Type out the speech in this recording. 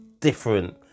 different